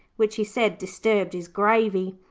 which, he said, disturbed his gravy.